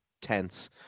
tense